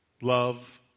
love